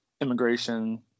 immigration